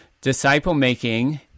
disciple-making